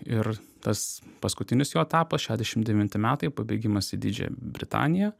ir tas paskutinis jo etapas šedešim devinti metai pabėgimas į didžiąją britaniją